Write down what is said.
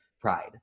pride